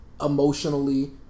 emotionally